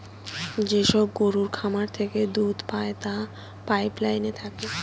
যেসব গরুর খামার থেকে দুধ পায় তাতে পাইপ লাইন থাকে